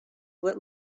what